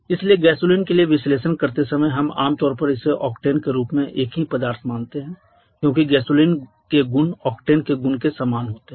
इसलिए गैसोलीन के लिए विश्लेषण करते समय हम आमतौर पर इसे ओकटेन के रूप में एक ही पदार्थ मानते हैं क्योंकि गैसोलीन के गुण ऑक्टेन के गुण के समान होते है